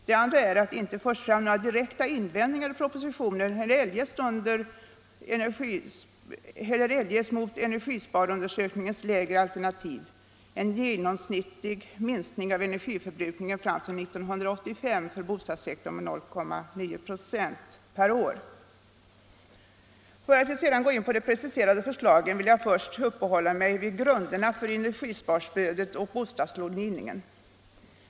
Det andra är att det inte förs fram några direkta invändningar i propositionen eller eljest mot energisparundersökningens lägre alternativ: en genomsnittlig minskning av energiförbrukningen fram till 1985 med 0,9 96 per år för bostadssektorn. Innan jag går in på de preciserade förslagen vill jag uppehålla mig vid grunderna för energisparstödet och bostadslångivningen.